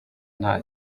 nta